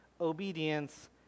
obedience